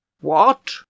What